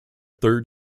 third